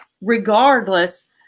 regardless